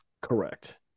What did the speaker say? Correct